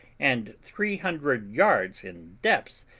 and three hundred yards in depth,